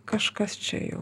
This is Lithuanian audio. kažkas čia jau